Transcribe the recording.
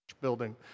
building